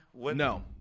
no